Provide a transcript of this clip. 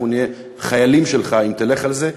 אנחנו נהיה חיילים שלך אם תלך על זה.